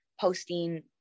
posting